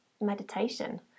meditation